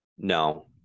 No